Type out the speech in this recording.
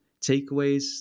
takeaways